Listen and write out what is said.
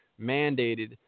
mandated